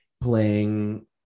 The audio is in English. playing